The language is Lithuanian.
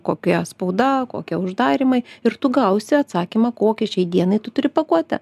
kokia spauda kokie uždarymai ir tu gausi atsakymą kokią šiai dienai tu turi pakuotę